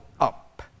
up